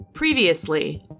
Previously